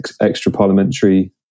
extra-parliamentary